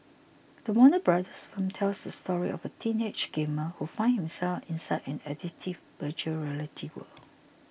the Warner Bros film tells the story of a teenage gamer who finds himself inside an addictive Virtual Reality world